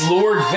Lord